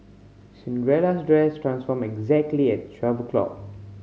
Cinderella's dress transformed exactly at twelve o'clock